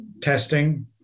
testing